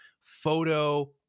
photo